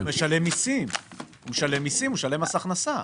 לא, הוא משלם מסים, הוא משלם מס הכנסה.